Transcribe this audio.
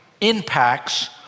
impacts